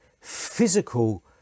physical